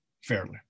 fairly